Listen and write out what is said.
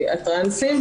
הטרנסים,